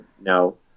no